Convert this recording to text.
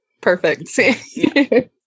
perfect